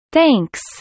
Thanks